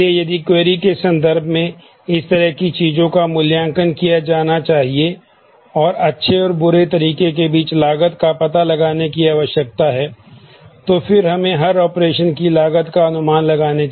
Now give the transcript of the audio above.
इसलिए यदि क्वेरी उप इंजन करेगा